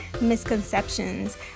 misconceptions